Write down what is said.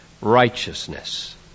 righteousness